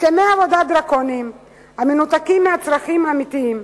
הסכמי עבודה דרקוניים המנותקים מהצרכים האמיתיים,